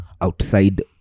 outside